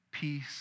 Peace